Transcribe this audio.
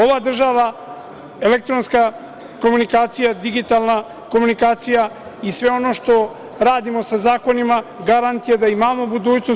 Ova država, elektronska komunikacija, digitalna komunikacija i sve ono što radimo sa zakonima garant je da imamo budućnost.